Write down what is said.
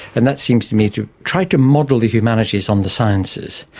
and that seems to me to try to model the humanities on the sciences,